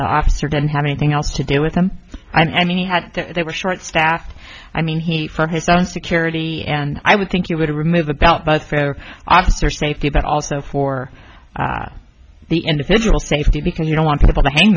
that officer didn't have anything else to do with him i mean he had that they were short staffed i mean he for his own security and i would think you would remove the belt but fair officer safety but also for the individual safety because you don't want people to hang